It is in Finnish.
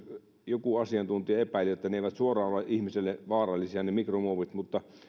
joku asiantuntija epäili että mikromuovit eivät ole ihmiselle suoraan vaarallisia mutta